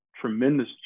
tremendous